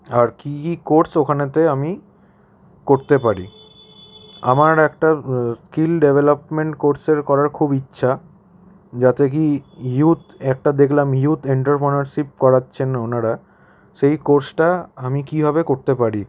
আর কী কী কোর্স ওখানেতে আমি করতে পারি আমার একটা স্কিল ডেভেলপমেন্ট কোর্সের করার খুব ইচ্ছা যাতে কি ইয়ুথ একটা দেখলাম ইয়ুথ এন্টারপ্রনারশিপ করাচ্ছেন ওনারা সেই কোর্সটা আমি কীভাবে করতে পারি